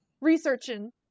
researching